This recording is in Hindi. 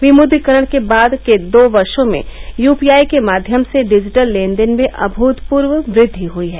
विमुद्रीकरण के बाद के दो वर्षो में यू पी आई के माध्यम से डिजिटल लेन देन में अमूतपूर्व वृद्धि हुई है